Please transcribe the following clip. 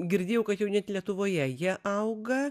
girdėjau kad jau net lietuvoje jie auga